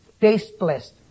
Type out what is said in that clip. tasteless